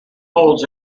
holds